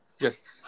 Yes